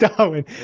Darwin